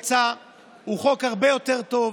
הוא יצא חוק הרבה יותר טוב,